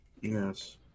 Yes